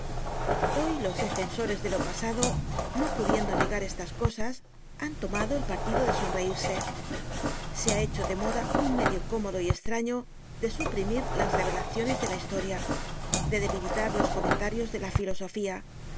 hoy los defensores de lo pasado no pudiendo negar estas cosas han tomado el partido de sonreirse se ha hecho de moda un medio cómodo y estraño de suprimir las revelaciones de la historia de debilitar los comentarios de la filosofía